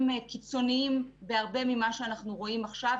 קיצוניים בהרבה ממה שאנחנו רואים עכשיו,